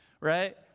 right